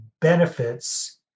benefits